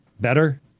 better